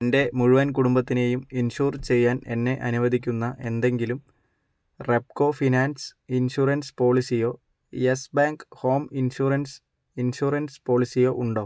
എൻ്റെ മുഴുവൻ കുടുംബത്തിനെയും ഇൻഷുർ ചെയ്യാൻ എന്നെ അനുവദിക്കുന്ന എന്തെങ്കിലും റെപ്കോ ഫിനാൻസ് ഇൻഷുറൻസ് പോളിസിയോ Yes Bank home insurance insurance പോളിസിയോ ഉണ്ടോ